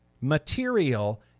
material